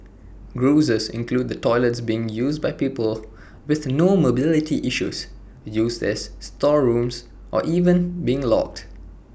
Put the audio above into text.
grouses include the toilets being used by people with no mobility issues used as storerooms or even being locked